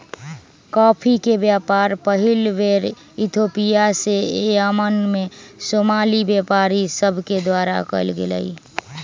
coffee के व्यापार पहिल बेर इथोपिया से यमन में सोमाली व्यापारि सभके द्वारा कयल गेलइ